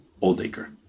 Oldacre